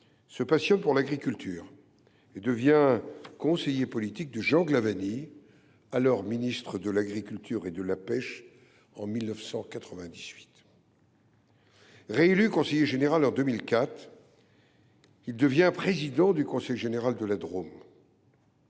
se passionne pour l’agriculture et devient la même année conseiller politique de Jean Glavany, alors ministre de l’agriculture et de la pêche. Réélu conseiller général en 2004, il devient président du conseil général de la Drôme.